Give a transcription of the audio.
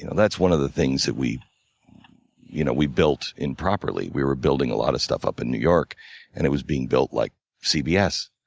that's one of the things that we you know we built improperly. we were building a lot of stuff up in new york and it was being built like cbs.